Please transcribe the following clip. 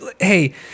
hey